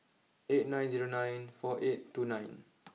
eight nine zero nine four eight two nine